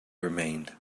remained